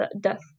death